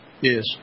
yes